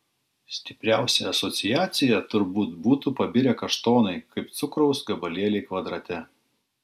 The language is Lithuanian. stipriausia asociacija turbūt būtų pabirę kaštonai kaip cukraus gabalėliai kvadrate